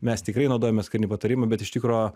mes tikrai naudojamės kariniu patarimu bet iš tikro